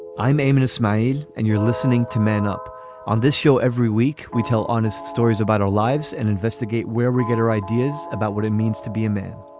i'm aiming a smile and you're listening to man up on this show every week we tell honest stories about our lives and investigate where we get our ideas about what it means to be a man